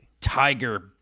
Tiger